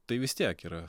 tai vis tiek yra